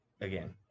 again